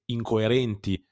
incoerenti